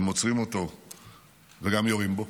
הם עוצרים אותו וגם יורים בו.